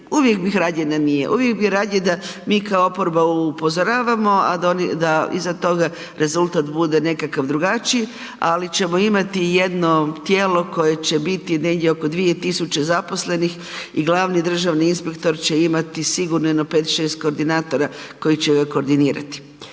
uvijek bih radije da nije, uvijek bi radije da mi kao oporba upozoravamo a da iza toga rezultat bude nekakav drugačiji ali ćemo imati jedno tijelo koje će biti negdje oko 2000 zaposlenih i glavni državni inspektor će imati sigurno jedno 5, 6 koordinatora koji će koordinirati.